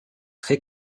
très